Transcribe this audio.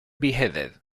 beheaded